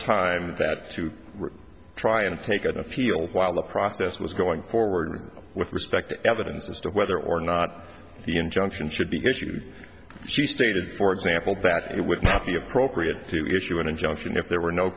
time that through try and make it a fuel while the process was going forward with respect to evidence as to whether or not the injunction should be issued she stated for example that it would not be appropriate to issue an injunction if there were no